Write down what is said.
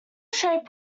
shape